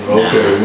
okay